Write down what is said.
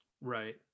Right